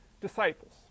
disciples